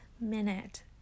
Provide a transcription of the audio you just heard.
minute